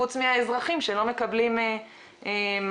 חוץ מהאזרחים שלא מקבלים מענה.